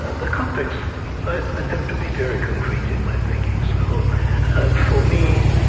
the context i tend to be very concrete in my thinking so for me,